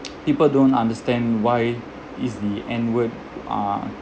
people don't understand why is the N word uh